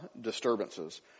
disturbances